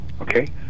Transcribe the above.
okay